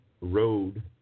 Road